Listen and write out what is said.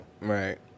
right